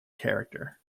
character